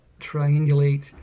triangulate